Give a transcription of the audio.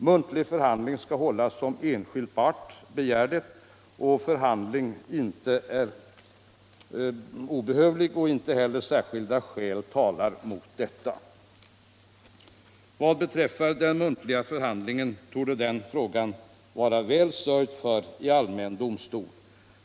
Muntlig förhandling skall hållas om enskild part begär det och förhandling inte är behövlig och inte heller särskilda skäl talar mot det.” Vad beträffar den muntliga förhandlingen torde den frågan vara väl sörjd för i allmän domstol.